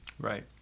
Right